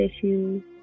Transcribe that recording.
issues